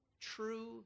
true